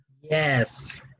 Yes